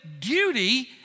duty